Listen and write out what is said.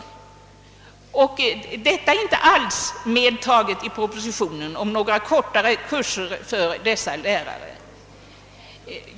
I propositionen har inte någonting alls medtagits om sådana kortare kurser för dessa lärare.